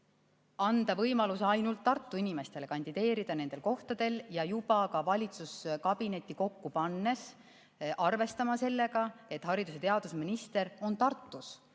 anda võimalus ainult Tartu inimestele kandideerida nendele kohtadele ja juba ka valitsuskabinetti kokku pannes arvestada sellega, et haridus- ja teadusminister on Tartus,